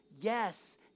yes